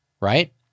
right